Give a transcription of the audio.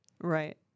Right